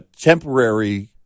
temporary